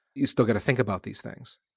you still got to think about these things.